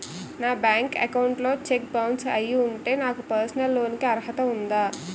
నా bank account లో cheque bounce అయ్యి ఉంటే నాకు పర్సనల్ లోన్ కీ అర్హత ఉందా?